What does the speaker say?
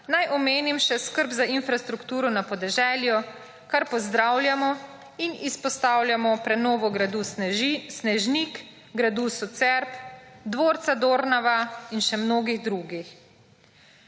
naj omenim še skrb za infrastrukturo na podeželju, kar pozdravljamo in izpostavljamo prenovo gradu Snežnik, gradu Socerb, dvorca Dornava in še mnogih drugih.